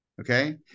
okay